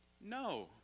No